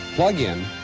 plug in